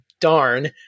darn